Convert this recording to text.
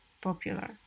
popular